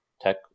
tech